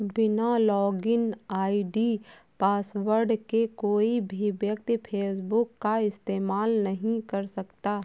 बिना login ID password के कोई भी व्यक्ति फेसबुक का इस्तेमाल नहीं कर सकता